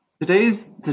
today's